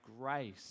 grace